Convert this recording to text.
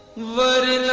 worry.